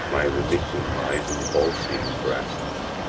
my remission lies in volscian breasts.